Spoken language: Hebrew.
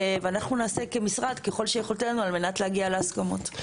ואנחנו נעשה כמשרד ככל יכולתנו על מנת להגיע להסכמות.